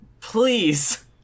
Please